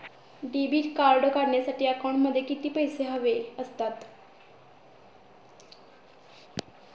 Debit card काढण्यासाठी अकाउंटमध्ये किती पैसे हवे असतात?